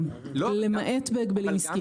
למעט בהגבלים עסקיים.